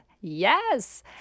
Yes